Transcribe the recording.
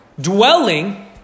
dwelling